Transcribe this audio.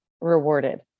rewarded